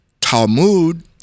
Talmud